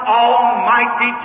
almighty